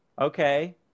okay